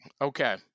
Okay